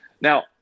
Now